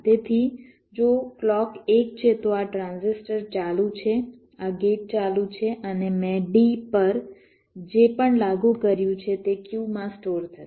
તેથી જો ક્લૉક 1 છે તો આ ટ્રાન્ઝિસ્ટર ચાલુ છે આ ગેટ ચાલુ છે અને મેં D પર જે પણ લાગું કર્યુ છે તે Q માં સ્ટોર થશે